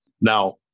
Now